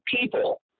people